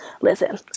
Listen